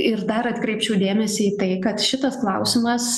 ir dar atkreipčiau dėmesį į tai kad šitas klausimas